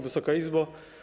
Wysoka Izbo!